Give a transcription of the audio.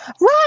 Right